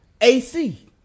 AC